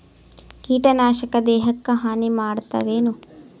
ಕೀಟನಾಶಕ ದೇಹಕ್ಕ ಹಾನಿ ಮಾಡತವೇನು?